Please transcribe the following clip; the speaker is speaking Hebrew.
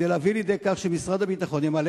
כדי להביא לידי כך שמשרד הביטחון ימלא